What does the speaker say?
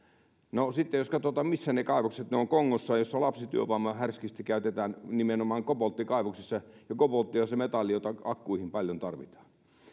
no sitten jos katsotaan missä ne kaivokset ovat niin ne ovat kongossa jossa lapsityövoimaa härskisti käytetään nimenomaan kobolttikaivoksissa ja koboltti on se metalli jota akkuihin paljon tarvitaan